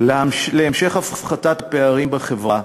להמשך הפחתת הפערים בחברה,